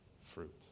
fruit